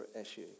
issue